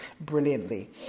brilliantly